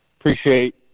Appreciate